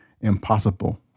impossible